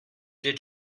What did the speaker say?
did